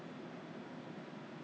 right now they all